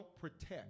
protect